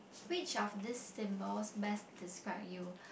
which of these symbols best describe you